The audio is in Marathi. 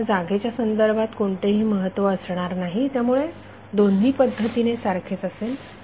त्याला जागेच्या संदर्भात कोणतेही महत्त्व असणार नाही त्यामुळे दोन्ही पद्धतीने सारखेच असेल